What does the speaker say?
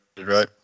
right